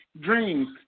dreams